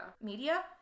media